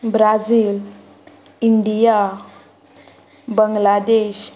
Brazil India Bangladesh